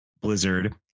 Blizzard